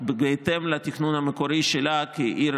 בהתאם לתכנון המקורי שלה כעיר